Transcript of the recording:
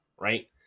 right